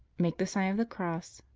make the sign of the cross.